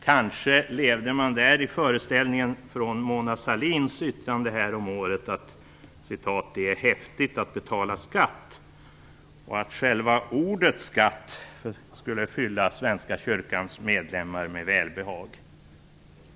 Kanske levde man där i föreställningen att själva ordet skatt, i enlighet med Mona Sahlins yttrande häromåret, att det är häftigt att betala skatt, skulle fylla Svenska kyrkans medlemmar med välbehag.